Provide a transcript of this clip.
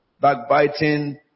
backbiting